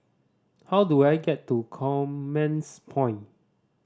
how do I get to Commerce Point